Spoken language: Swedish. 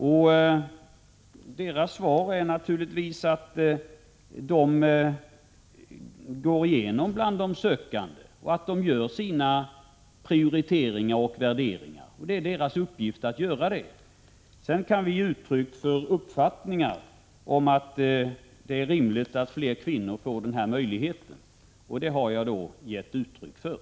Organisationens svar är naturligtvis att man går igenom de sökande och gör sina prioriteringar och värderingar. Det är organisationens uppgift att göra det. Sedan kan vi ge uttryck för uppfattningar om att det är rimligt att fler kvinnor får denna möjlighet, och det har jag gjort.